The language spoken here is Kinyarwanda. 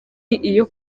iyo